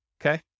Okay